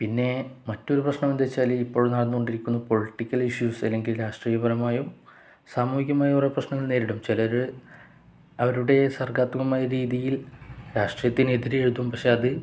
പിന്നെ മറ്റൊരു പ്രശ്നം എന്താണ് വച്ചാൽ ഇപ്പോൾ നടന്നുകൊണ്ടിരിക്കുന്ന പൊളിറ്റിക്കൽ ഇഷ്യൂസ് അല്ലെങ്കിൽ രാഷ്ട്രീയപരമായും സാമൂഹികമായ കുറെ പ്രശ്നങ്ങൾ നേരിടും ചിലർ അവരുടെ സർഗാത്മകമായ രീതിയിൽ രാഷ്ട്രീയത്തിന് എതിരെ എഴുതും പക്ഷെ അത്